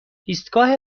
ایستگاه